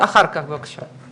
אחר כך בבקשה,